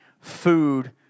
food